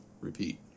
repeat